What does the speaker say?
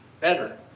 better